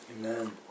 Amen